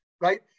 right